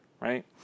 right